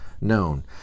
known